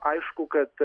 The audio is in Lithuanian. aišku kad